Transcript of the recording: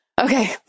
Okay